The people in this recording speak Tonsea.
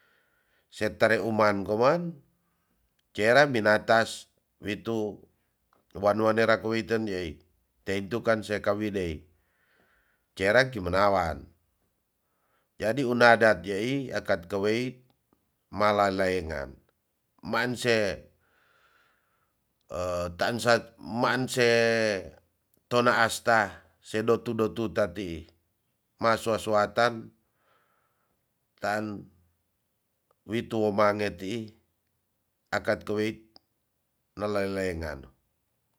Sau nadat kenaramen ne tonsea iyai ma yaenga sepudu kecamatan wiai malaenga nu nadat nu umbanua yai wea wanua tranak yai mina sa mean pakoa nera tonsea iyai satorona ma laengan deiman wi tuu tarnem tan unadat kenaramen satorona memang malaengan duan kami se wia mina woroti yai malengan karia nena dimembe tei nukan senan talawaan teintukan senan talawaan nu wayam mbanua wi ayai namoali wi tunadat ma lae laenga duang kami puna kaima treima wung kawidei esa kami netou si mo wo mina wanua menang kalewer akat iris mina wanua wo matasaan na mina wanua ngkae ma ngkami uma nia iti ma asa wia monta maka weiten yaai